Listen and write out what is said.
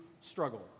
struggle